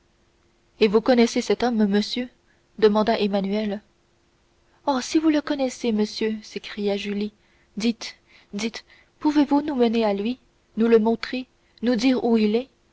et vous connaissez cet homme monsieur demanda emmanuel oh si vous le connaissez monsieur s'écria julie dites dites pouvez-vous nous mener à lui nous le montrer nous dire où il est